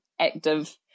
active